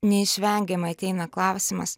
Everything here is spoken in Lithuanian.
neišvengiamai ateina klausimas